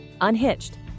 Unhitched